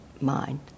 mind